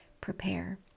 prepare